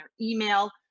email